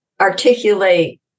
articulate